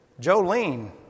Jolene